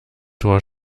tor